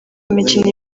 imikino